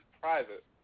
private